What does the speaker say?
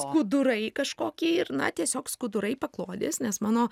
skudurai kažkokie ir na tiesiog skudurai paklodės nes mano